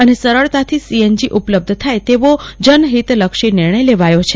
અને સરળતાથી સીએનજી ઉપલબ્ધ થાય તેવો જનહિતલક્ષી નિર્ણય લેવાયો છે